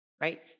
right